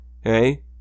hey